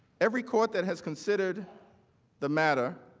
every court that has considered the matter,